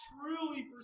truly